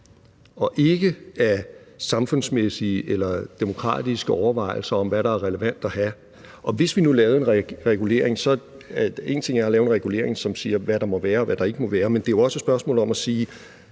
og ikke af samfundsmæssige eller demokratiske overvejelser om, hvad der er relevant at have. Og det er én ting at lave en regulering, som siger, hvad der må være, og hvad der ikke må være, men det er jo også et spørgsmål om, om der